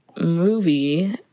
movie